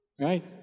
right